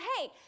hey